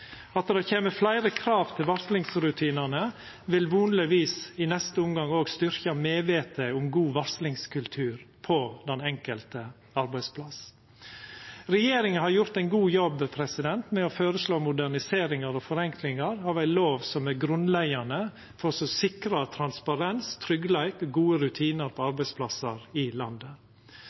At det kjem fleire krav til varslingsrutinane, vil vonleg i neste omgang òg styrkja medvitet om god varslingskultur på den enkelte arbeidsplassen. Regjeringa har gjort ein god jobb med å føreslå moderniseringar og forenklingar av ei lov som er grunnleggjande for å sikra transparens, tryggleik og gode rutinar på arbeidsplassar i landet.